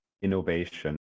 innovation